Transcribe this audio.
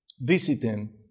visiting